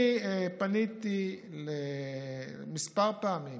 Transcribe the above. פניתי כמה פעמים